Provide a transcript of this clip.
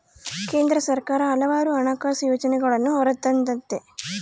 ಕೇಂದ್ರ ಸರ್ಕಾರ ಹಲವಾರು ಹಣಕಾಸು ಯೋಜನೆಗಳನ್ನೂ ಹೊರತಂದತೆ